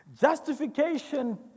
Justification